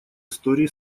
истории